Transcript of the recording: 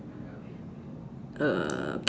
uh